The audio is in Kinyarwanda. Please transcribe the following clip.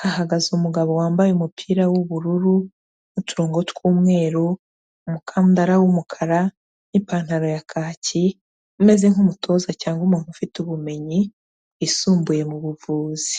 hahagaze umugabo wambaye umupira w'ubururu, n'uturongo tw'umweru, umukandara w'umukara, n'ipantaro ya kacyi, umeze nk'umutoza cyangwa umuntu ufite ubumenyi bwisumbuye mu buvuzi.